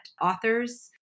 authors